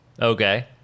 Okay